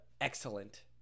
excellent –